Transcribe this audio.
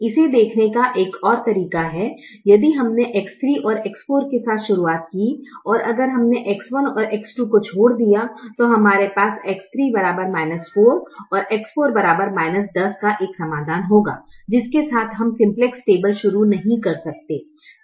इसे देखने का एक और तरीका है यदि हमने X3 और X4 के साथ शुरुआत की और अगर हमने X1 और X2 को छोड़ दिया तो हमारे पास X3 4 X4 10 का एक समाधान होगा जिसके साथ हम सिम्प्लेक्स टेबल शुरू नहीं कर सकते हैं